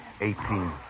Eighteen